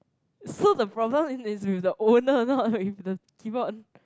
so the problem in this with the owner not with the keyboard